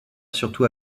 surtout